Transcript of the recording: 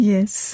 Yes